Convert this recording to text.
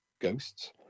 ghosts